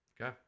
Okay